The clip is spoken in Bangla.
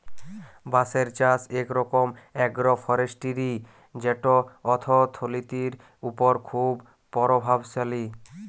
বাঁশের চাষ ইক রকম আগ্রো ফরেস্টিরি যেট অথ্থলিতির উপর খুব পরভাবশালী